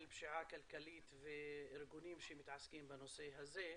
פשיעה כלכלית וארגונים שמתעסקים בנושא הזה.